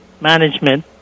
management